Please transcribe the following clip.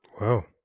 Wow